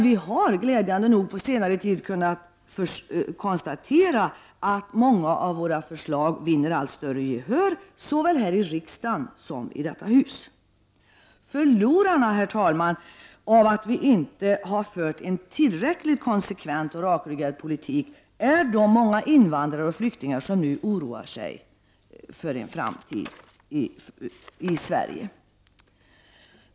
Vi har glädjande nog på senare tid kunnat konstatera att många av våra förslag vinner allt större gehör såväl här i riksdagen som utanför detta hus. Herr talman! Förlorarna av att vi inte har fört en tillräckligt konsekvent och rakryggad politik är de många invandrare och flyktingar som nu oroar sig för sin framtid i Sverige.